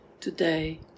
today